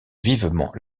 vivement